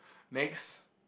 next